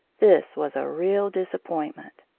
this was a real disappointment.